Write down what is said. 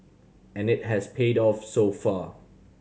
and it has paid off so far